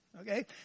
Okay